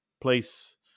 place